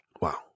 Wow